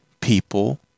people